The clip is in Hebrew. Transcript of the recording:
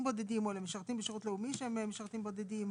בודדים או למשרתים בשירות לאומי שהם משרתים בודדים.